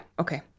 Okay